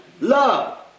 Love